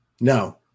No